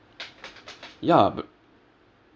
ya b~